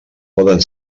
poden